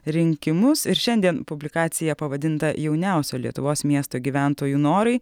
rinkimus ir šiandien publikacija pavadinta jauniausio lietuvos miesto gyventojų norai